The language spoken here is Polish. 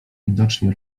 widocznie